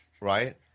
right